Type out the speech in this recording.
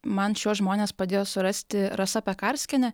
man šiuos žmones padėjo surasti rasa pekarskienė